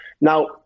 Now